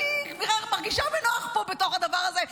אני מרגישה בנוח פה בתוך הדבר הזה,